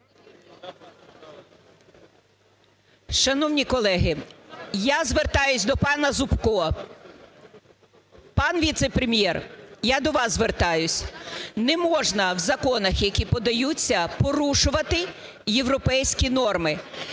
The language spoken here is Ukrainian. Шановні колеги! Я звертаюсь до пана Зубко. Пан віце-прем'єр, я до вас звертаюсь! Не можна в законах, які подаються порушувати європейські норми.